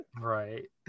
right